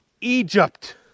Egypt